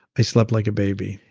i slept like a baby.